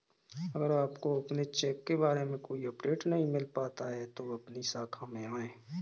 अगर आपको अपने चेक के बारे में कोई अपडेट नहीं मिल पाता है तो अपनी शाखा में आएं